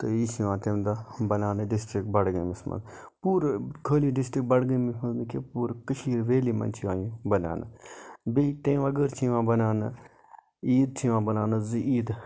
تہٕ یہِ چھُ یِوان تمہِ دۄہ بَناونہٕ ڈِسٹرک بَڈگٲمِس مَنٛز پوٗرٕ خٲلٕے ڈِسٹرک بَڈگٲمِس مَنٛز نہٕ کیٚنٛہہ پوٗرٕ کٔشیٖر ویلی مَنٛز چھِ یِوان یہِ بَناونہٕ بیٚیہِ تَمہِ بَغٲر چھِ یِوان بَناونہٕ عیٖد چھ ِیِوان بَناونہٕ زٕ عیٖدٕ